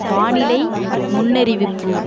வானிலை முன்னறிவிப்பு